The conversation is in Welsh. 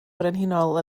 frenhinol